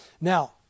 Now